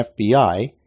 FBI